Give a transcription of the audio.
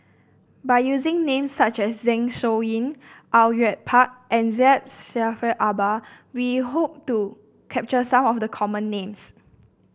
by using names such as Zeng Shouyin Au Yue Pak and Syed Jaafar Albar we hope to capture some of the common names